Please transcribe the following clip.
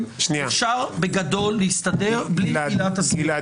אפשר בגדול להסתדר בלי עילת הסבירות.